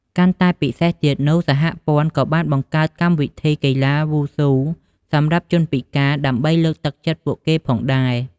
កាន់តែពិសេសទៀតនោះ សហព័ន្ធក៏បានបង្កើតកម្មវិធីកីឡាវ៉ូស៊ូសម្រាប់ជនពិការដើម្បីលើកទឹកចិត្តពួកគេផងដែរ។